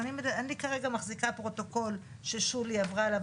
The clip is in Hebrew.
כרגע אני מחזיקה פרוטוקול ששולי עברה עליו,